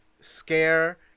scare